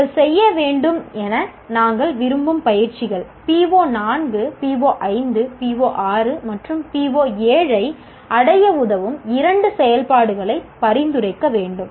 நீங்கள் செய்ய வேண்டும் என நாங்கள் விரும்பும் பயிற்சிகள் PO4 PO5 PO6 மற்றும் PO7 ஐ அடைய உதவும் இரண்டு செயல்பாடுகளை பரிந்துரைக்க வேண்டும்